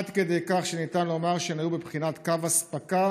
עד כדי כך שניתן לומר שהן היו בבחינת 'קו אספקה'